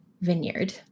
vineyard